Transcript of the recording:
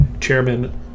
Chairman